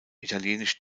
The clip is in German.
italienisch